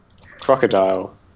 Crocodile